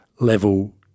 level